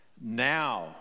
Now